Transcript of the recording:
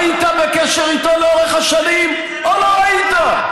היית בקשר איתו לאורך השנים או לא היית?